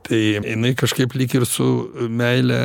tai jinai kažkaip lyg ir su meile